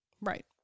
Right